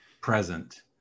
present